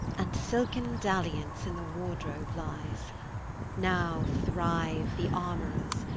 and silken dalliance in the wardrobe lyes now thriue the armorers,